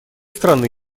страны